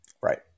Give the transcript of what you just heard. Right